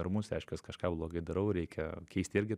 ramus reiškias kažką blogai darau reikia keist irgi